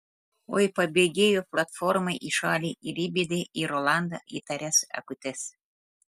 oi pabėgėjo platforma į šalį ir įbedė į rolandą įtarias akutes